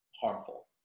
harmful